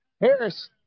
Harris